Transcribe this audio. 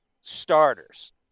Starters